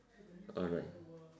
alright